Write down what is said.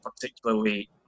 particularly